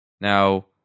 Now